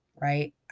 Right